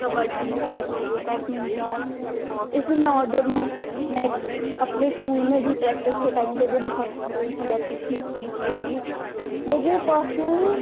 kabaddi kho kho badminton इसमें मैं outdoor में मैं अपने स्कूल में भी प्रैक्टिस के नाम पर भी बहुत खेलती रहती थी इस चीज़ के लिए मुझे पर्सनली